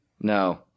No